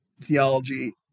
theology